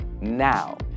now